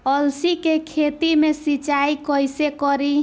अलसी के खेती मे सिचाई कइसे करी?